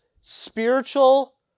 spiritual